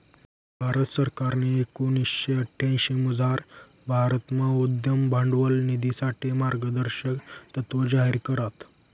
भारत सरकारनी एकोणीशे अठ्यांशीमझार भारतमा उद्यम भांडवल निधीसाठे मार्गदर्शक तत्त्व जाहीर करात